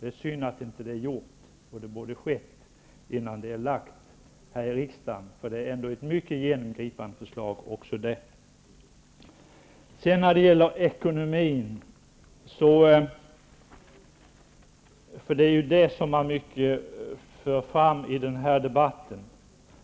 Det är synd att det inte har gjorts. Det borde ha skett innan förslaget lades fram för riksdagen. Det är också ett genomgripande förslag. I denna debatt förs ofta fram att